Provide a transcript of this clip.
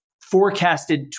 forecasted